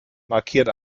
markiert